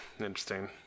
interesting